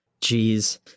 Jeez